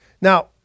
Now